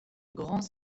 grands